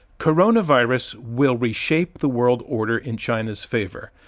coronavirus will reshape the world order in china's favor.